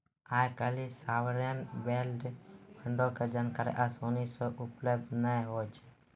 आइ काल्हि sovereign wealth फंडो के जानकारी असानी से उपलब्ध नै होय छै